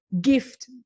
gift